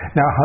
Now